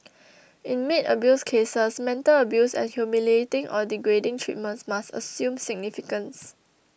in maid abuse cases mental abuse and humiliating or degrading treatment must assume significance